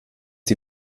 die